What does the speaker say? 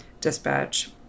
dispatch